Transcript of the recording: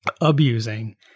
abusing